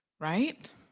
Right